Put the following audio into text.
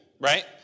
right